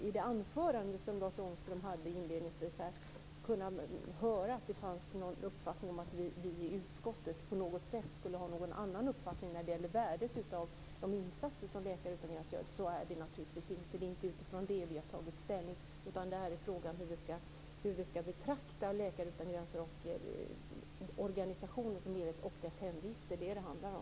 I det anförande som Lars Ångström höll inledningsvis tyckte jag mig kunna höra att det fanns en antydan om att vi i utskottet på något sätt skulle ha någon annan uppfattning om värdet av de insatser som Läkare utan gränser gör. Så är det naturligtvis inte. Det är inte utifrån det som vi har tagit ställning, utan frågan gäller hur vi ska betrakta Läkare utan gränser, organisationen som helhet och dess hemvist. Det är det som det handlar om.